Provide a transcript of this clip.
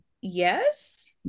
yes